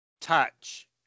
Touch